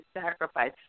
sacrifice